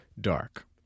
dark